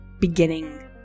beginning